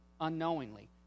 unknowingly